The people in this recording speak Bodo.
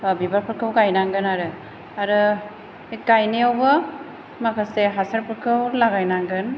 बा बिबारफोरखौ गायनांगोन आरो आरो बे गायनायावबो माखासे हासारफोरखौ लागायनांगोन